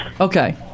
Okay